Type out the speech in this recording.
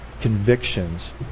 convictions